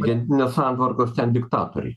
gentinės santvarkos ten diktatoriai